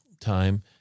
time